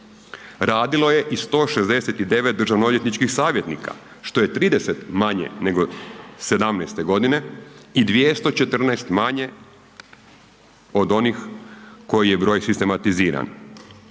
Radilo je i 169 državno-odvjetničkih savjetnika što je 30 manje '17. godine i 214 manje od onih koji je broj sistematiziran.